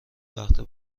وقتها